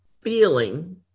feeling